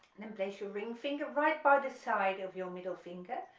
then place your ring finger right by the side of your middle finger,